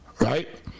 right